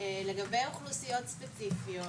לגבי אוכלוסיות ספציפיות,